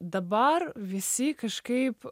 dabar visi kažkaip